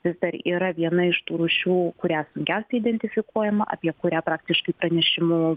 vis dar yra viena iš tų rūšių kurią sunkiausiai identifikuojama apie kurią praktiškai pranešimų